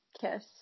kiss